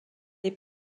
est